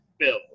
Bill